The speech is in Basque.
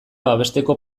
babesteko